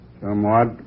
Somewhat